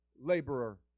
laborer